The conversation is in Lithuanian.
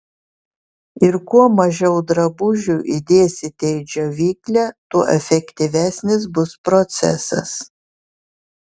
ir kuo mažiau drabužių įdėsite į džiovyklę tuo efektyvesnis bus procesas